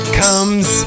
comes